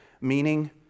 meaning